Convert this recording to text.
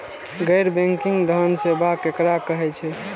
गैर बैंकिंग धान सेवा केकरा कहे छे?